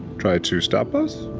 try to stop us.